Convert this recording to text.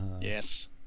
yes